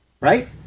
right